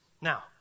Now